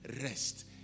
rest